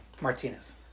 Martinez